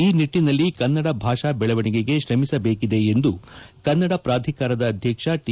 ಈ ನಿಟ್ಟನಲ್ಲಿ ಕನ್ನಡ ಭಾಷಾ ಬೆಳವಣಿಗೆಗೆ ಶ್ರಮಿಸಬೇಕಿದೆ ಎಂದು ಕನ್ನಡ ಪ್ರಾಧಿಕಾರದ ಅಧ್ಯಕ್ಷ ಟಿ